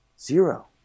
zero